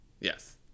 Yes